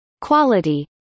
Quality